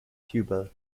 cuba